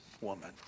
woman